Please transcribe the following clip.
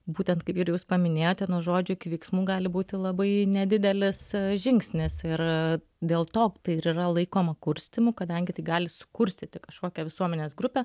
būtent kaip ir jūs paminėjote nuo žodžių iki veiksmų gali būti labai nedidelis žingsnis ir dėl to tai ir yra laikoma kurstymu kadangi tai gali sukurstyti kažkokią visuomenės grupę